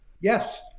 Yes